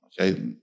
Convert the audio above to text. okay